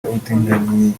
ubutinganyi